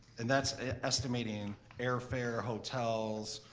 and that's estimating airfare, hotels,